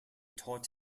taught